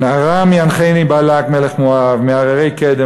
"מן ארם ינחני בלק מלך מואב מהררי קדם